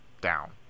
down